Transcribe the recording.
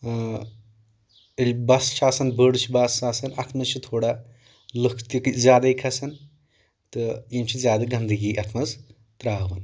ییٚلہِ بس چھِ آسان بٔڑ چھِ بس آسان اتھ منٛز چھِ تھوڑا لُکھ تہِ زیادے کھسان تہٕ یِم چھِ زیادٕ گنٛدگی اتھ منٛز ترٛاوان